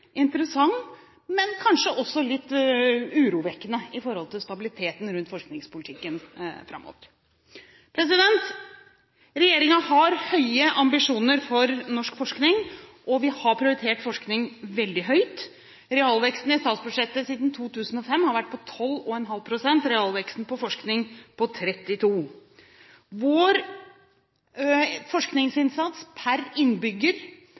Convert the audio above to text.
interessant, men kanskje også litt urovekkende når det gjelder stabiliteten rundt forskningspolitikken framover. Regjeringen har høye ambisjoner for norsk forskning, og vi har prioritert forskning veldig høyt. Realveksten i statsbudsjettet siden 2005 har vært på 12,5 pst., realveksten innen forskning på 32 pst. Vår forskningsinnsats per innbygger